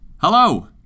Hello